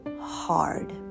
hard